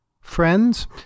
Friends